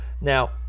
Now